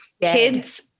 Kids